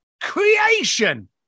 creation